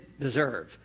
deserve